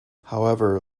however